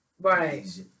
Right